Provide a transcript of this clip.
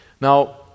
Now